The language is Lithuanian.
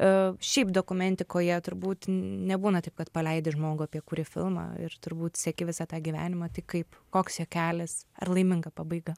šiaip dokumentikoje turbūt nebūna taip kad paleidi žmogų apie kurį filmą ir turbūt seki visą tą gyvenimą tik kaip koks jo kelias ar laiminga pabaiga